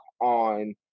on